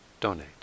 donate